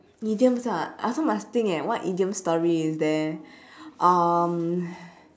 idioms ah I also must think eh what idiom story is there um